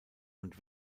und